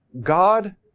God